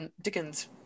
dickens